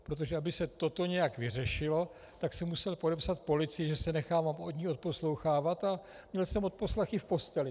Protože aby se toto nějak vyřešilo, tak jsem musel podepsat policii, že se nechám od ní odposlouchávat, a měl jsem odposlech i v posteli.